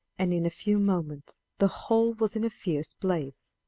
and in a few moments the whole was in a fierce blaze.